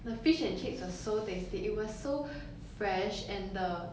the fish and chips were so tasty it was so fresh and the